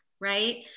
Right